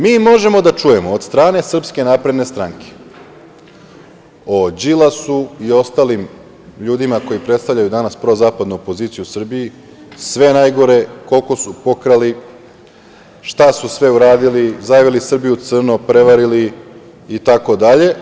Mi možemo da čujemo od strane SNS o Đilasu i ostalim ljudima koji predstavljaju danas prozapadnu opoziciju u Srbiji sve najgore, koliko su pokrali, šta su sve uradili, zavili Srbiju u crno, prevarili itd.